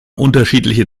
unterschiedliche